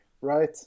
right